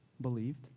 believed